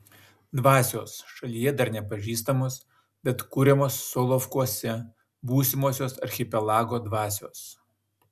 dvasios šalyje dar nepažįstamos bet kuriamos solovkuose būsimosios archipelago dvasios